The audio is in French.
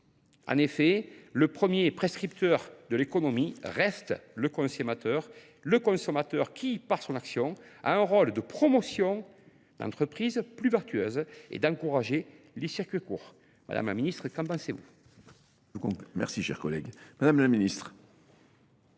En effet, le premier prescripteur de l'économie reste le consommateur, le consommateur qui, par son action, a un rôle de promotion d'entreprises plus vertueuses et d'encourager les circuits courts. Madame la Ministre, qu'en pensez-vous ? Monsieur le Président, Monsieur